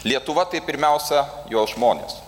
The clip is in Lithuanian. lietuva tai pirmiausia jos žmonės